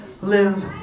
live